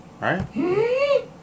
Right